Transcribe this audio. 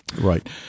Right